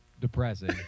depressing